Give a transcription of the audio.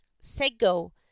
Sego